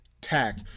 Tech